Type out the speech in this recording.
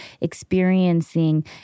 experiencing